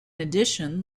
addition